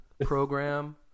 program